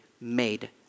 made